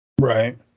Right